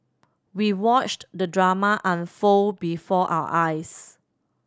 we watched the drama unfold before our eyes